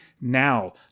now